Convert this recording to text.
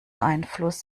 einfluss